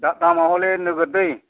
दा दामा हले नोगोद दै